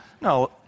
No